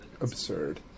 absurd